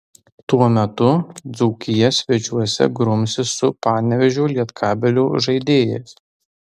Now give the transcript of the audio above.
tuo metu dzūkija svečiuose grumsis su panevėžio lietkabelio žaidėjais